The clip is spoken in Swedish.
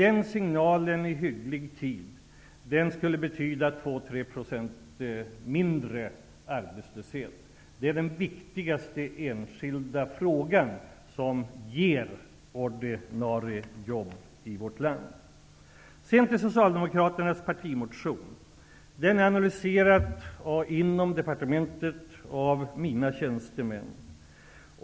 En sådan signal i hygglig tid skulle betyda 2--3 % mindre arbetslöshet. Det här är den viktigaste enskilda frågan när det gäller att få fram ordinarie jobb i vårt land. Sedan något om Socialdemokraternas partimotion. Denna är analyserad inom departementet av mina tjänstemän.